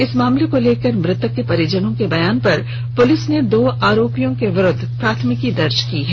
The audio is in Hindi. इस मामले को लेकर मृतक के परिजनों के बयान पर पुलिस ने दो आरोपियों के विरुद्व प्राथमिकी दर्ज की है